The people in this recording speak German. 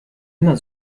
immer